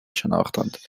شناختند